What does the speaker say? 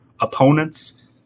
opponents